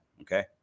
Okay